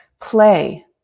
play